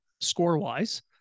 score-wise